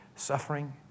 suffering